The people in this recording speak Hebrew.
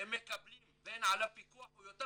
שהם מקבלים ואין עליו פיקוח הוא יותר